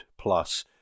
plus